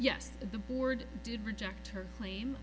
yes the board did reject her claim